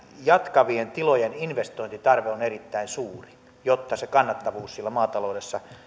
jatkavien tilojen investointitarpeet ovat erittäin suuria jotta se kannattavuus siellä maataloudessa